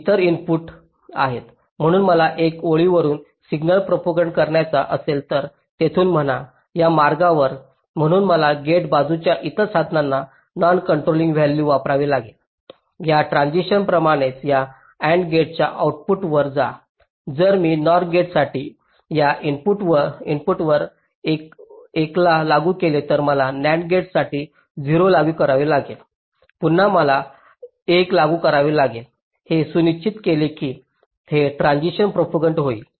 इतर इनपुट आहेत म्हणून मला एका ओळीवरुन सिग्नल प्रोपागंट करायचा असेल तर येथूनच म्हणा या मार्गावर म्हणून मला गेट बाजूच्या इतर साधनांना नॉन कंट्रोलिंग व्हॅल्यू वापरावे लागेल या ट्रान्सिशन्स प्रमाणेच या AND गेटच्या आऊटपुट वर या जर मी OR गेटसाठी या इनपुटवर 1 ला लागू केले तर मला NAND गेट साठी 0 लावावे लागेल पुन्हा मला 1 लागू करावे लागेल हे सुनिश्चित करेल की हे ट्रान्सिशन्स प्रोपागंट होईल